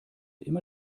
immer